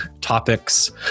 topics